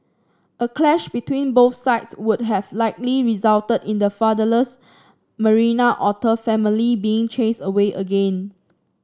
a clash between both sides would have likely resulted in the fatherless Marina otter family being chased away again